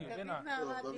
לזה.